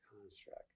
construct